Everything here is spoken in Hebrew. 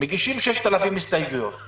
מגישים 6,000 הסתייגויות.